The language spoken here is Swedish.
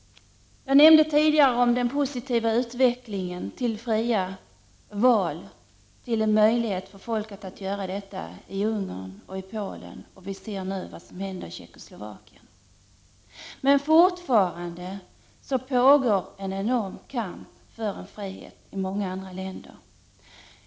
Jag talade tidigare om den positiva utvecklingen i Ungern och Polen, där folket i och med denna utveckling får en möjlighet att delta i fria val. Vi ser nu dessutom vad som händer i Tjeckoslovakien. Men fortfarande pågår i många andra länder en enorm kamp för frihet.